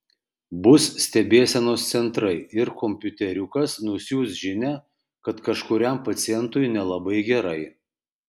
bus stebėsenos centrai ir kompiuteriukas nusiųs žinią kad kažkuriam pacientui nelabai gerai